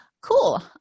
Cool